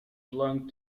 belonged